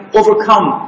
overcome